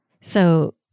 So-